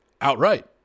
outright